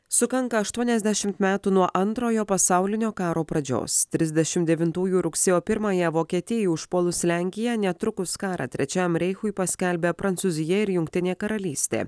sukanka aštuoniasdešim metų nuo antrojo pasaulinio karo pradžios trisdešim devintųjų rugsėjo pirmąją vokietijai užpuolus lenkiją netrukus karą trečiajam reichui paskelbė prancūzija ir jungtinė karalystė